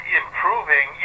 improving